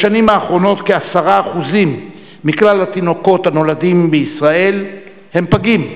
בשנים האחרונות כ-10% מכלל התינוקות הנולדים בישראל הם פגים.